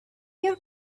your